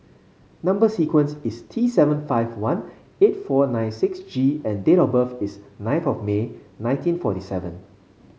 number sequence is T seven five one eight four nine six G and date of birth is ninth of May nineteen forty seven